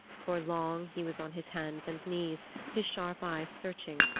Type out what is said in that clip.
for long he was on his hands and knees, his sharp eyes searching,